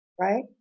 right